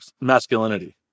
masculinity